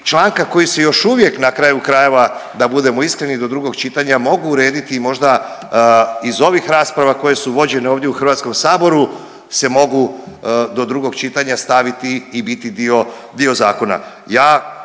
članka koji se još uvijek na kraju krajeva da budemo iskreni do drugog čitanja mogu urediti i možda iz ovih rasprava koje su vođene ovdje u Hrvatskom saboru se mogu do drugog čitanja staviti i biti dio, dio zakona.